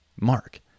mark